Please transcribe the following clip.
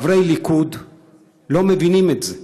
חברי ליכוד לא מבינים את זה,